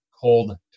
cold